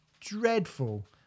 dreadful